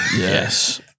Yes